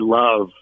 love